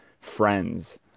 friends